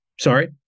Sorry